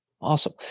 Awesome